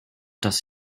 does